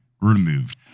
removed